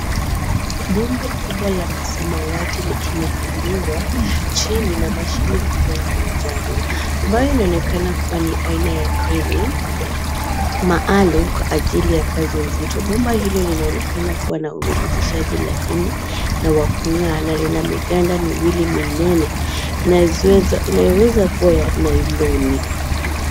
Bomba kubwa la samawati likinyakuliwa chini na mashine kubwa ya manjano ambayo inaonekana kuwa ni aina ya kreni maalum kwa ajili ya kazi nzito. Bomba hilo linaonekana kuwa na umalizishaji laini na wa kung'aa na lina mikanda miwili minene inayoweza kuwa ya nailoni.